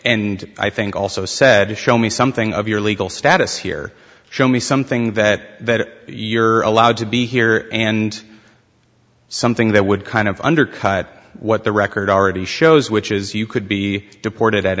and i think also said to show me something of your legal status here show me something that you're allowed to be here and something that would kind of undercut what the record already shows which is you could be deported at